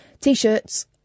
T-shirts